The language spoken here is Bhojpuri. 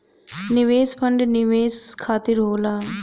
निवेश फंड निवेश खातिर होला